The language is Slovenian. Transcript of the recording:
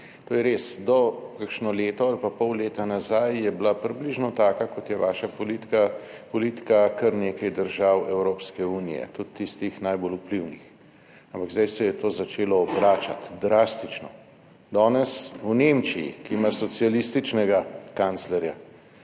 to je res. Do kakšno leto ali pa pol leta nazaj je bila približno taka, kot je vaša politika, politika kar nekaj držav Evropske unije, tudi tistih najbolj vplivnih. Ampak zdaj se je to začelo obračati, drastično. Danes v Nemčiji ki ima socialističnega kanclerja,